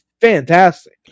fantastic